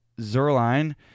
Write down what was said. Zerline